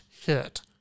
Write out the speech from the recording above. hit